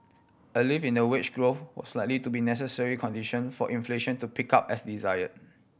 a lift in the wage growth was likely to be necessary condition for inflation to pick up as desire